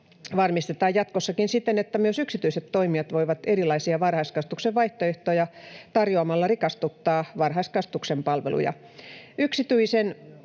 varmistetaan jatkossakin siten, että myös yksityiset toimijat voivat erilaisia varhaiskasvatuksen vaihtoehtoja tarjoa-malla rikastuttaa varhaiskasvatuksen palveluja.